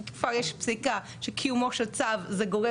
כבר יש פסיקה שקיומו של צו זה גורם